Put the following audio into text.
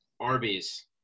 Arby's